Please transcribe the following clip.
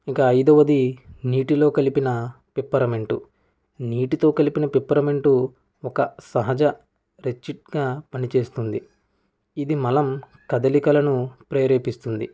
ఇక ఐదవది నీటిలో కలిపిన పిప్పరమెంటు నీటితో కలిపిన పిప్పరమెంటు ఒక సహజ రెచ్చిజ్ఞ పనిచేస్తుంది ఇది మలం కదలికలను ప్రేరేపిస్తుంది